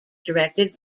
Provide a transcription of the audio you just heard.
directed